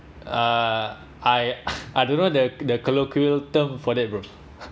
uh I I don't know the the colloquial term for that bro